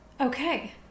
okay